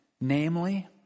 Namely